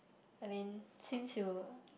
I mean since you